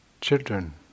children